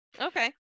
Okay